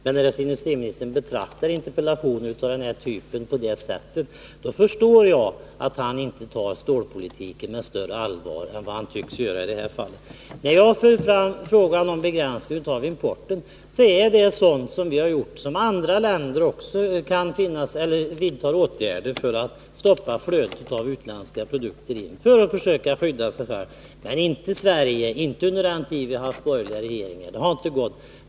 Men är det så att industriministern betraktar interpellationer av den typ det gäller på det sättet, förstår jag att han inte heller ser på stålpolitiken med större allvar. När jag för fram frågan om begränsning av importen, så är det sådant som även andra länder kan tänkas göra, nämligen vidta åtgärder för att stoppa inflödet av utländska produkter för att försöka skydda sig själva. Men det har inte gått i Sverige, inte under den tid vi haft borgerliga regeringar.